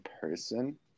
person